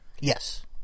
Yes